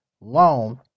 loan